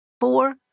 four